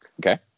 okay